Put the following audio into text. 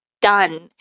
done